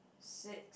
six